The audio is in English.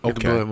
Okay